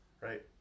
right